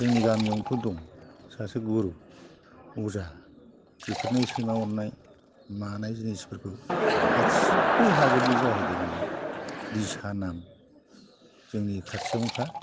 जोंनि गामियावनोथ' दं सासे गुरु अजा बेफोरनो सैमा अरनाय मानाय जिनिसफोरखौ गासिब्बो हाजोबो जाहैदों बियो दिसा नाम जोंनि खाथियावनोखा